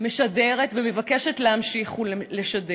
משדרת ומבקשת להמשיך לשדר.